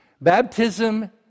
Baptism